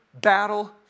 battle